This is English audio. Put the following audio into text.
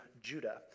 Judah